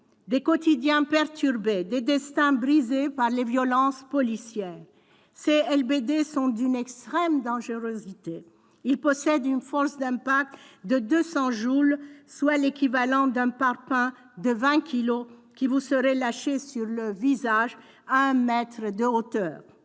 des quotidiens perturbés, des destins brisés par les violences policières. Ces LBD sont d'une extrême dangerosité : leur force d'impact est de 200 joules, soit l'équivalent d'un parpaing de vingt kilos qui vous serait lâché sur le visage à un mètre de hauteur.